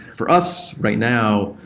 for us right now,